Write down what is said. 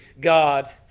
God